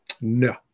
No